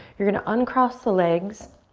you're gonna uncross the legs.